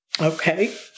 Okay